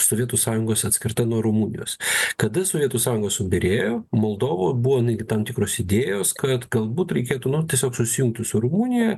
sovietų sąjungos atskirta nuo rumunijos kada sovietų sąjunga subyrėjo moldovoj buvo netgi tam tikros idėjos kad galbūt reikėtų nu tiesiog susijungti su rumunija